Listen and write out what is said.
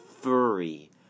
Furry